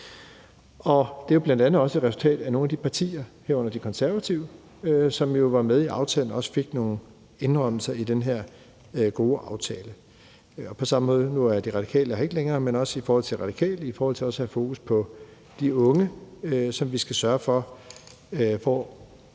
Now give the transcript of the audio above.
Det er bl.a. også et resultat af, at nogle af de partier, herunder De Konservative, som jo var med i aftalen, også fik nogle indrømmelser i den her gode aftale. Nu er De Radikale har ikke længere, men det gælder også i forhold til Radikale i forhold til også at have fokus på de unge, som vi skal sørge for får